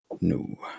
No